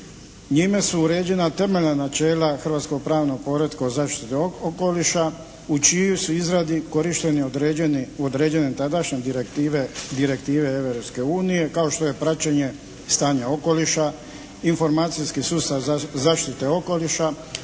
Njime su uređena temeljna načela hrvatskog pravnog poretka o zaštiti okoliša u čijoj su izradi korišteni određene tadašnje direktive Europske unije kao što je praćenje stanja okoliša, informacijski sustav zaštite okoliša,